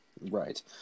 right